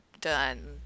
done